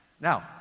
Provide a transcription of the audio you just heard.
Now